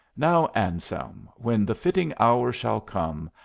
now, anselm, when the fitting hour shall come,